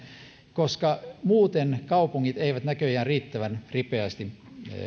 koska muuten kaupungit eivät näköjään riittävän ripeästi